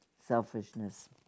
selfishness